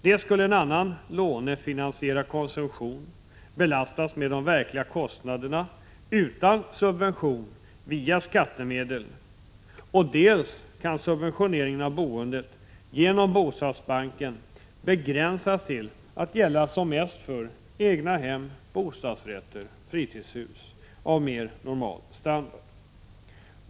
Dels skulle en annan lånefinansierad konsumtion belastas med de verkliga kostnaderna utan subvention via skattemedel, dels kan subventioneringen av boendet genom bostadsbanken begränsas till att som mest gälla för egnahem, bostadsrätter och fritidshus av mer normal standard.